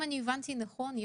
אם הבנתי נכון,